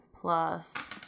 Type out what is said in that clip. plus